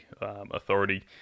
authority